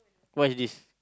what is this